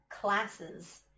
classes